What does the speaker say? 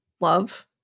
love